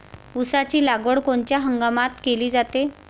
ऊसाची लागवड कोनच्या हंगामात केली जाते?